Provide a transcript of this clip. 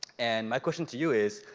and my question to you is,